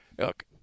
look